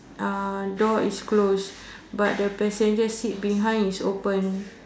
ah door is closed but the passenger seat behind is open